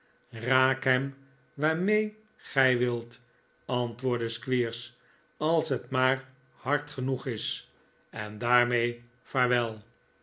raak hem waarmee gij wilt antwoordde squeers als het maar hard genoeg is en daarmee vaarwel